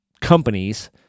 companies